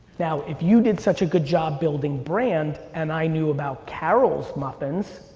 now, if you did such a good job building brand and i knew about carol's muffins,